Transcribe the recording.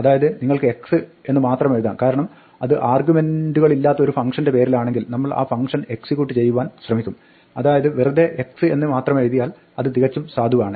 അതായത് നിങ്ങൾക്ക് x എന്ന് മാത്രമെഴുതാം കാരണം അത് ആർഗ്യുമെന്റുകളില്ലാത്ത ഒരു ഫംഗ്ഷന്റെ പേരിലാണെങ്കിൽ നമ്മൾ ആ ഫംഗ്ഷൻ എക്സിക്യൂട്ട് ചെയ്യുവാൻ ശ്രമിക്കും അതായത് വെറുതെ x എന്ന് മാത്രമെഴുതിയാൽ അത് തികച്ചും സാധുവാണ്